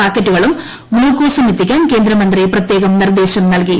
പാക്കറ്റുകളും ഗ്ലുക്കോസും എത്തിക്കാൻ കേന്ദ്രമന്ത്രി പ്രത്യേകം നിർദ്ദേശം നൽകി